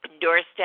doorstep